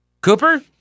Cooper